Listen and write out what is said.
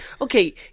okay